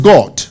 God